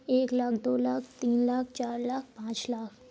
ایک لاکھ دو لاکھ تین لاکھ چار لاکھ پانچ لاکھ